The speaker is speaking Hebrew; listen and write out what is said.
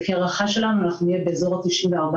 לפי הערכה שלנו אנחנו נהיה באזור ה-94%